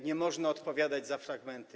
Nie można odpowiadać za fragmenty.